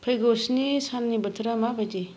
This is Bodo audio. फैगौ स्नि साननि बोथोरा माबादि